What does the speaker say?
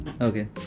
Okay